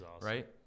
right